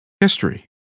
History